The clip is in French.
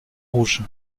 rouge